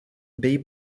bei